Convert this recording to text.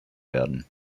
werden